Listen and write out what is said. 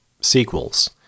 sequels